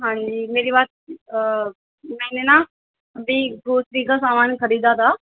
ہاں جی میری بات آ میں نے نہ جی گروسری کا سامان خریدا تھا